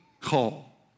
call